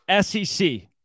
SEC